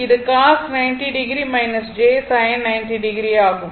இது cos 90 o j sin 90 o ஆகும்